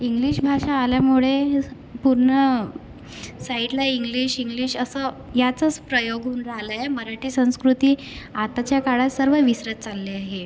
English भाषा आल्यामुळे पूर्ण साईडला इंग्लिश इंग्लिश असं याचंच प्रयोग होऊन राहिला आहे मराठी संस्कृती आताच्या काळात सर्व विसरत चालले आहे